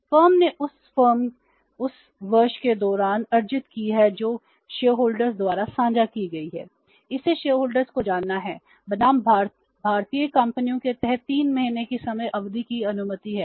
firm ने उस वर्ष के दौरान अर्जित की है जो शेयरधारकों को जाना है बनाम भारतीय कंपनियों के तहत 3 महीने की समय अवधि की अनुमति है